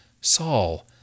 Saul